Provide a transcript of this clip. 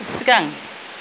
सिगां